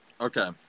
Okay